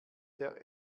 der